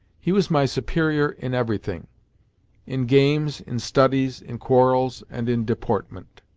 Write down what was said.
he was my superior in everything in games, in studies, in quarrels, and in deportment.